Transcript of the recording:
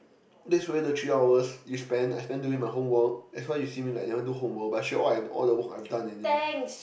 that's where the three hours you spent I spent doing my homework that's why you see me like never do homework but actually all I all the work I've done already